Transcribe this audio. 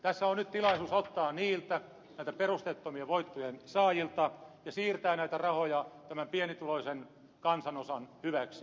tässä on nyt tilaisuus ottaa näiltä perusteettomien voittojen saajilta ja siirtää näitä rahoja tämän pienituloisen kansanosan hyväksi